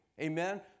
Amen